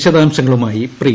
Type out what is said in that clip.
വിശദാംശങ്ങളുമായി പ്രിയ